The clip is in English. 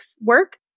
work